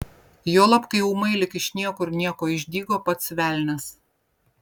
juolab kai ūmai lyg iš niekur nieko išdygo pats velnias